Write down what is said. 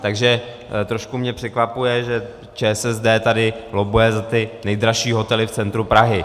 Takže trošku mě překvapuje, že ČSSD tady lobbuje za ty nejdražší hotely v centru Prahy.